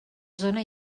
zona